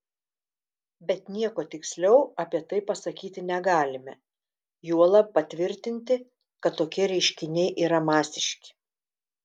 bet nieko tiksliau apie tai pasakyti negalime juolab patvirtinti kad tokie reiškiniai yra masiški